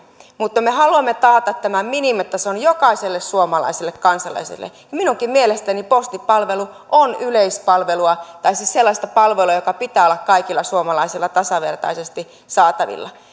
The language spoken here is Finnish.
mutta me haluamme taata tämän minimitason jokaiselle suomalaiselle kansalaiselle minunkin mielestäni postipalvelu on yleispalvelua tai siis sellaista palvelua joka pitää olla kaikilla suomalaisilla tasavertaisesti saatavilla